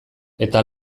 eta